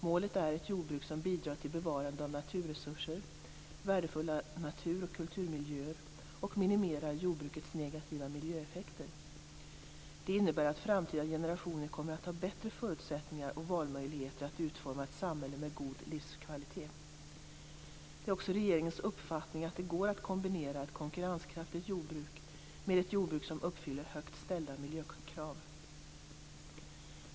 Målet är ett jordbruk som bidrar till bevarandet av naturresurser, värdefulla natur och kulturmiljöer och minimerar jordbrukets negativa miljöeffekter. Det innebär att framtida generationer kommer att ha bättre förutsättningar och valmöjligheter att utforma ett samhälle med god livskvalitet. Det är också regeringens uppfattning att det går att kombinera ett konkurrenskraftigt jordbruk med ett jordbruk som uppfyller högt ställda miljökrav.